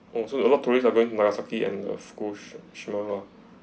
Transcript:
oh so a lot of tourists are going to nagasaki and uh fukushima lah